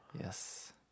Yes